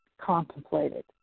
contemplated